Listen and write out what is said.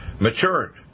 matured